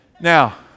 now